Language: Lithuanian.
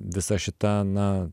visa šita na